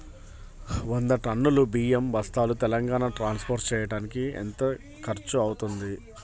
వంద టన్నులు బియ్యం బస్తాలు తెలంగాణ ట్రాస్పోర్ట్ చేయటానికి కి ఎంత ఖర్చు అవుతుంది?